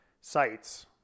sites